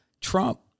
Trump